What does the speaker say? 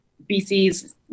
BC's